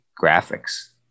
graphics